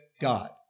God